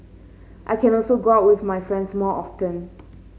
I can also go out with my friends more often